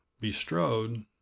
bestrode